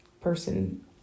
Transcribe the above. person